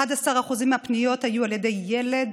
11% מהפניות היו על ידי ילד